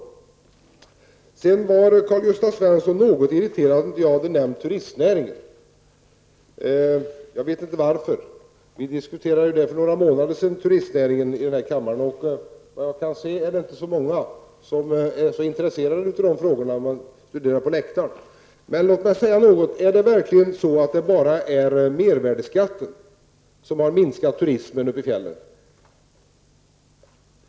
Karl-Gösta Svenson var något irriterad över att jag inte hade nämnt turistnäringen. Jag vet inte varför. Vi diskuterade ju den för några månader sedan här i kammaren. Och såvitt jag kan se är det inte så många som är intresserade av dessa frågor om man tittar på läktaren. Låt mig emellertid fråga om det verkligen är bara mervärdeskatten som har minskat turismen uppe i fjällen.